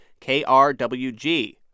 KRWG